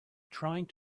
trying